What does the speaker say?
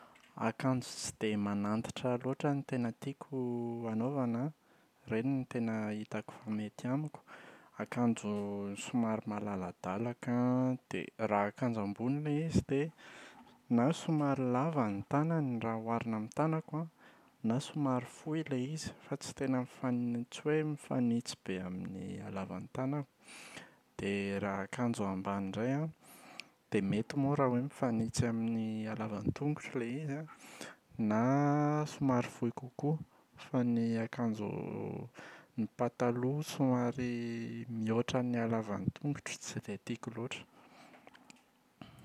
Akanjo tsy dia manantitra loatra no tena tiako anaovana an. Ireny no tena hitako mety amiko. Akanjo somary malaladalaka an. Dia raha akanjo ambony ilay izy dia na somary lava ny tanany raha oharina amin’ny tanako an, na somary fohy ilay izy fa tsy tena mifani- tsy hoe mifanitsy be amin’ny halavan’ny tanako. Dia raha akanjo ambany indray an dia mety moa raha hoe mifanitsy amin’ny halavan’ny tongotro ilay izy an, na somary fohy kokoa fa ny akanjo ny pataloha somary mihoatra ny halavan’ny tongotro tsy dia tiako loatra.